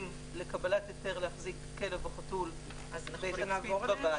לקבלת היתר להחזקת כלב או חתול בתצפית בבית,